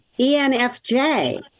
ENFJ